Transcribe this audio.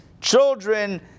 children